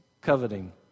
coveting